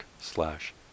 slash